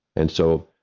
and so,